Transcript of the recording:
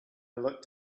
looked